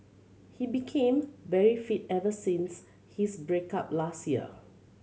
he became very fit ever since his break up last year